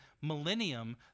millennium